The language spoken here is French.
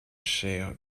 chair